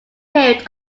period